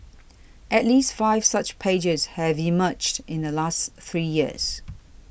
at least five such pages have emerged in the last three years